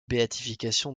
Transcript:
béatification